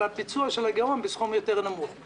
הביצוע של הגירעון בסכום נמוך יותר.